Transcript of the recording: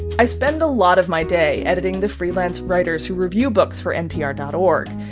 i spend a lot of my day editing the freelance writers who review books for npr dot org.